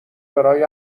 برای